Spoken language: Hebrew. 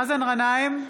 מאזן גנאים,